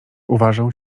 uważał